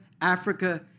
Africa